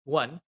one